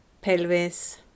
pelvis